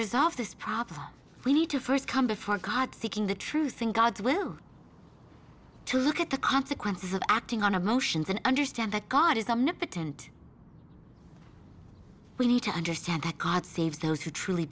resolve this problem we need to first come before god seeking the truth and god's will to look at the consequences of acting on a motions and understand that god is omnipotent we need to understand that god saves those who truly